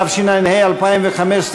התשע"ה 2015,